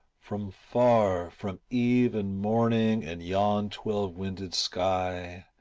from far, from eve and morning and yon twelve-winded sky,